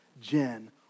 Jen